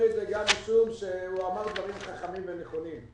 את זה גם משום שהוא אמר דברים חכמים ונכונים.